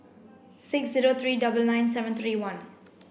six zero three double nine seven three one